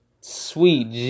Sweet